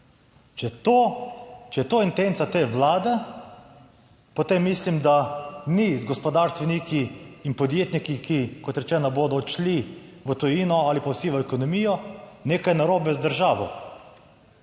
če je to intenca te Vlade, potem mislim, da mi z gospodarstveniki in podjetniki, ki kot rečeno bodo odšli v tujino ali pa v sivo ekonomijo nekaj narobe z državo.